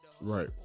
right